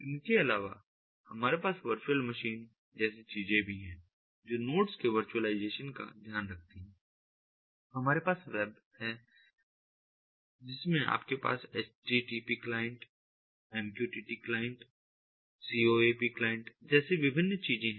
इनके अलावा हमारे पास वर्चुअल मशीन जैसी चीजें भी हैं जो नोड्स के वर्चुअलाइजेशन का ध्यान रखती हैं हमारे पास वेब हैजिसमें आपके पास H T T P client M Q T T client C O A P client जैसी विभिन्न चीजें हैं